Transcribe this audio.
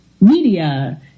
media